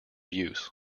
use